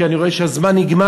כי אני רואה שהזמן נגמר,